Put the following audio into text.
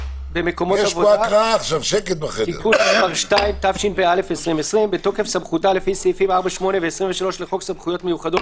התש"ף 2020 (להלן, החוק),